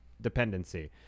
dependency